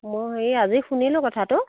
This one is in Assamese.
মই এই আজি শুনিলো কথাটো